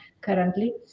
currently